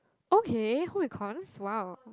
okay home econs !wow!